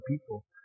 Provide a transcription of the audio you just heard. people